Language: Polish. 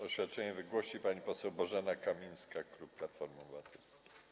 Oświadczenie wygłosi pani poseł Bożena Kamińska, klub Platformy Obywatelskiej.